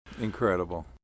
Incredible